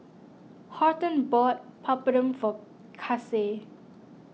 Horton bought Papadum for Case